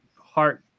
heart